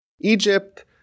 Egypt